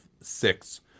six